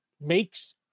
makes